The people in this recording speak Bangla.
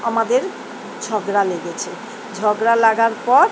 আমাদের ঝগড়া লেগেছে ঝগড়া লাগার পর